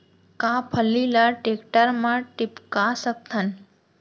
का फल्ली ल टेकटर म टिपका सकथन?